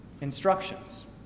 instructions